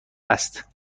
است